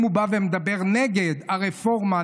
אם הוא בא ומדבר נגד הרפורמה,